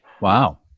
Wow